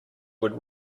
would